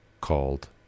called